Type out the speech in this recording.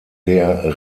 der